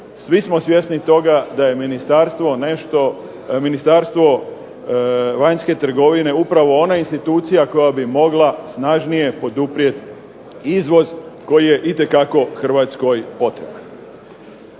svi smo svjesni toga da je ministarstvo nešto, Ministarstvo vanjske trgovine upravo ona institucija koja bi mogla snažnije poduprijeti izvoz koji je itekako Hrvatskoj potreban.